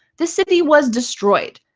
the city was destroyed.